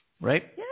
Right